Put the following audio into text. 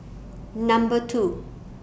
Number two